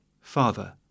Father